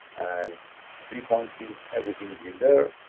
and pre-punching, everything is in there.